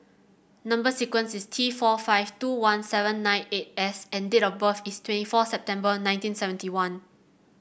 number sequence is T four five two one seven nine eight S and date of birth is twenty four September nineteen seventy one